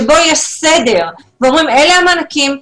בו יש סדר ואומרים שאלה המענקים,